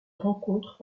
rencontre